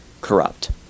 corrupt